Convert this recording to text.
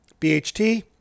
BHT